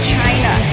China